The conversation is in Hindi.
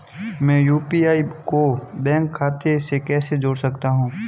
मैं यू.पी.आई को बैंक खाते से कैसे जोड़ सकता हूँ?